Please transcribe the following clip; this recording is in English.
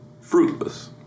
fruitless